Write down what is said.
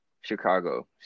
Chicago